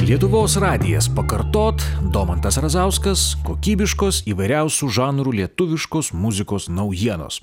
lietuvos radijas pakartot domantas razauskas kokybiškos įvairiausių žanrų lietuviškos muzikos naujienos